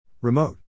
remote